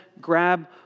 grab